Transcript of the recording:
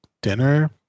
dinner